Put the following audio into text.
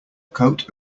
coat